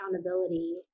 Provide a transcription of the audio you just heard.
accountability